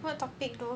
what topic though